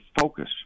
focus